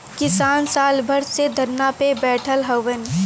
किसान साल भर से धरना पे बैठल हउवन